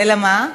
אלא מה?